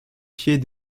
pied